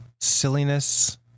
Silliness